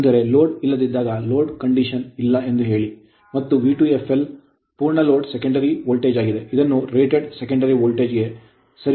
ಅಂದರೆ ಲೋಡ್ ಇಲ್ಲದಿದ್ದಾಗ load condition ಇಲ್ಲ ಎಂದು ಹೇಳಿ ಮತ್ತು V2fl ಪೂರ್ಣ ಲೋಡ್ ಸೆಕೆಂಡರಿ ವೋಲ್ಟೇಜ್ ಆಗಿದೆ ಇದನ್ನು ರೇಟೆಡ್ ಸೆಕೆಂಡರಿ ವೋಲ್ಟೇಜ್ ಗೆ ಸರಿಹೊಂದಿಸಲಾಗಿದೆ ಎಂದು ಊಹಿಸಲಾಗಿದೆ